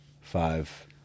five